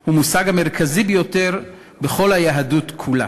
הוא המושג המרכזי ביותר בכל היהדות כולה.